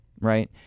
right